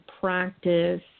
practice